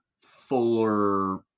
Fuller